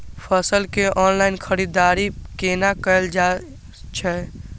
फसल के ऑनलाइन खरीददारी केना कायल जाय छै?